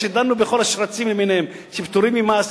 כשדנו בכל השרצים למיניהם שפטורים ממס: